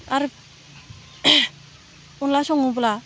आरो अनला सङोब्ला